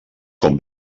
com